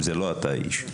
לא אתה האיש.